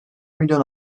milyon